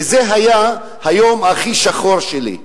וזה היה היום הכי שחור שלי.